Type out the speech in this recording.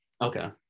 Okay